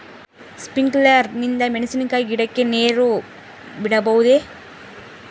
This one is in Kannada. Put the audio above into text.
ಸ್ಪಿಂಕ್ಯುಲರ್ ನಿಂದ ಮೆಣಸಿನಕಾಯಿ ಗಿಡಕ್ಕೆ ನೇರು ಬಿಡಬಹುದೆ?